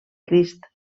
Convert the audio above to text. crist